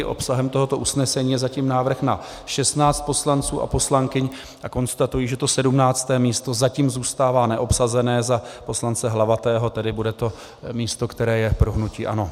Obsahem tohoto usnesení je zatím návrh na 16 poslanců a poslankyň a konstatuji, že 17. místo zatím zůstává neobsazené za poslance Hlavatého, tedy bude to místo, které je pro hnutí ANO.